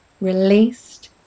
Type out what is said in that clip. released